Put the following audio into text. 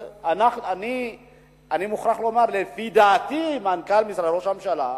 אני מוכרח לומר שלפי דעתי, מנכ"ל משרד ראש הממשלה,